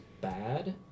bad